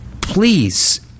please